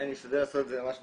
אני אעשה את זה בקצרה.